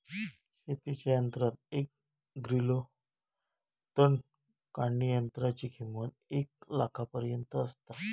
शेतीच्या यंत्रात एक ग्रिलो तण काढणीयंत्राची किंमत एक लाखापर्यंत आसता